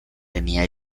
tenía